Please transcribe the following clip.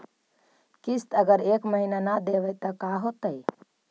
किस्त अगर एक महीना न देबै त का होतै?